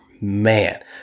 man